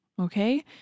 okay